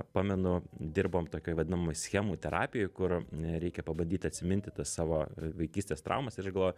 pamenu dirbom tokioj vadinamoj schemų terapijoj kur reikia pabandyt atsiminti tas savo vaikystės traumas ir aš galvoju